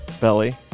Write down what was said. Belly